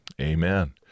Amen